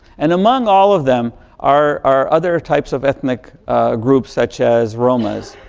and among all of them are are other types of ethnic ah group such as roma's.